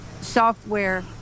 software